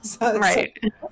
Right